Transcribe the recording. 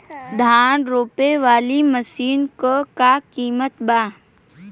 धान रोपे वाली मशीन क का कीमत बा?